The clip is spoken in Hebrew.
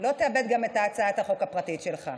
לא תאבד גם את הצעת החוק הפרטית שלך.